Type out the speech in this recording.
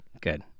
Good